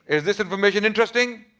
is this information interesting?